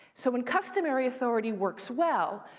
so when customary authority works well,